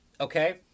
Okay